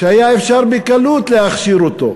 שהיה אפשר בקלות להכשיר אותו.